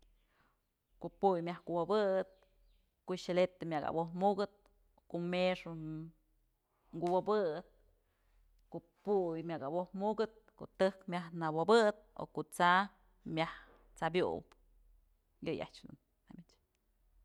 Ku'u puy myaj kuwobëp, ku'u xëletë myak awojmukëp, mëxë kuwobëp, puy myak awojmukëp t]ëjkmyaj nëwobëp o ku'u t'sa myaj t'sabyub yëyë ajtyë dun.